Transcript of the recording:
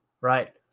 right